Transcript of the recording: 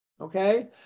okay